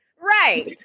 Right